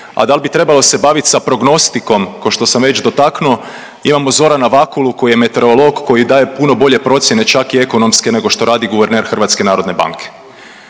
a da li bi trebala se baviti sa prognostikom ko što sam već dotaknuo, imamo Zorana Vakulu koji je meteorolog koji daje puno bolje procjene čak i ekonomske nego što radi guverner HNB-a.